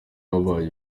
habaye